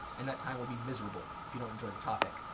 and that time will be miserable if you don't enjoy the topic.